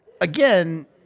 again